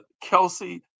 Kelsey